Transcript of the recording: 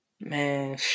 Man